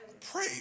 Pray